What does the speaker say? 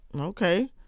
okay